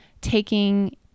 taking